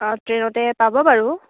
অঁ ট্ৰেইনতে পাব বাৰু